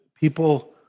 people